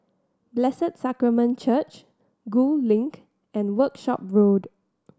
Blessed Sacrament Church Gul Link and Workshop Road